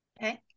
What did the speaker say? Okay